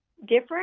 different